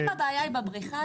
אם העבירה היא בבריחה,